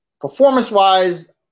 performance-wise